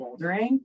bouldering